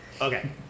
Okay